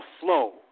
flow